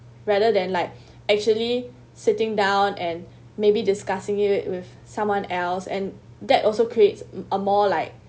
rather than like actually sitting down and maybe discussing it with someone else and that also creates a more like